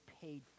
paid